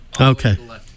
okay